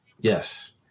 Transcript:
Yes